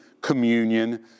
communion